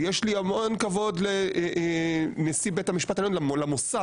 ויש לי המון כבוד לנשיא בית המשפט העליון או למוסד,